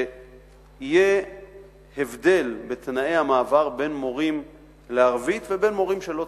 שיהיה הבדל בתנאי המעבר בין מורים לערבית לבין מורים שלא